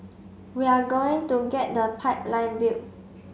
we are going to get the pipeline built